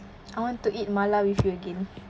I want to eat mala with you again